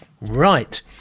Right